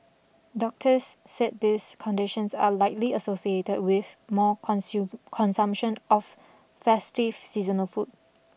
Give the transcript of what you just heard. doctors said these conditions are likely associated with more consume consumption of festive seasonal food